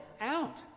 out